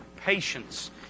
Patience